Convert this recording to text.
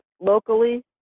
locally